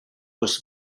was